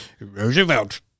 Roosevelt